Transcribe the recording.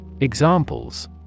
Examples